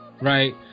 right